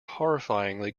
horrifyingly